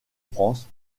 france